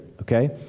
Okay